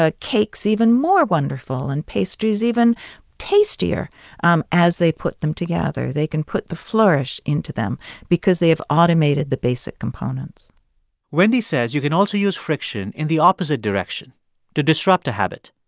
ah cakes even more wonderful and pastries even tastier um as they put them together. they can put the flourish into them because they have automated the basic components wendy says you can also use friction in the opposite direction to disrupt a habit.